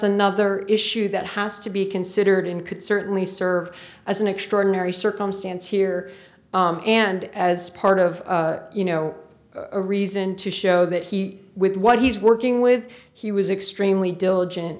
another issue that has to be considered in could certainly serve as an extraordinary circumstance here and as part of you know a reason to show that he with what he's working with he was extremely diligent